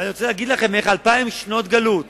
ואני רוצה להגיד לכם איך 2,000 שנות גלות